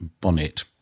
bonnet